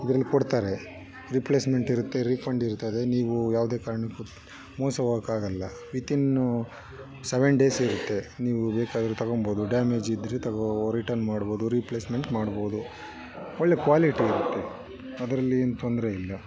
ಇದ್ರಲ್ಲಿ ಕೊಡ್ತಾರೆ ರಿಪ್ಲೇಸ್ಮೆಂಟ್ ಇರುತ್ತೆ ರೀಫಂಡ್ ಇರ್ತದೆ ನೀವು ಯಾವುದೇ ಕಾರಣಕ್ಕು ಮೋಸ ಹೋಗೋಕ್ಕಾಗೊಲ್ಲ ವಿತಿನ್ನು ಸೆವೆನ್ ಡೇಸ್ ಇರುತ್ತೆ ನೀವು ಬೇಕಾದ್ರೆ ತೊಗೊಳ್ಬೋದು ಡ್ಯಾಮೇಜ್ ಇದ್ರೆ ತೊಗೊ ರಿಟರ್ನ್ ಮಾಡ್ಬೋದು ರೀಪ್ಲೇಸ್ಮೆಂಟ್ ಮಾಡ್ಬೋದು ಒಳ್ಳೆ ಕ್ವಾಲಿಟಿ ಇರುತ್ತೆ ಅದರಲ್ಲೇನು ತೊಂದರೆ ಇಲ್ಲ